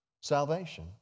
salvation